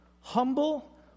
humble